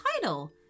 title